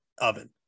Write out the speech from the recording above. oven